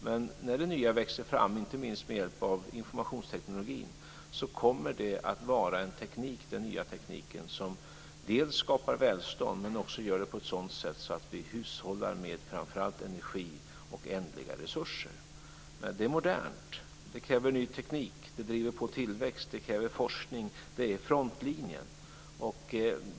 Men när det nya växer fram, inte minst med hjälp av informationsteknologin, kommer den nya tekniken dels att skapa välstånd, dels att göra det på ett sådant sätt att vi hushållar med framför allt energi och ändliga resurser. Det är modernt, det kräver ny teknik. Det driver på tillväxt, det kräver forskning. Det är frontlinjen.